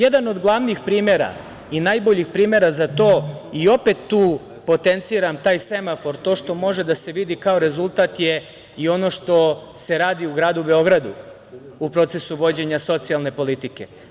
Jedan od glavnih primera i najboljih primera za to i opet tu potenciram taj semafor, to što može da se vidi kao rezultat je i ono što se radi u gradu Beogradu, a u procesu vođenja socijalne politike.